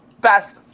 best